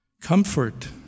Comfort